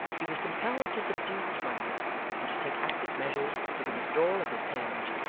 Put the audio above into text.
he was compelled to subdue his wonder and to take active measures for the withdrawal of his parent,